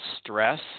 stress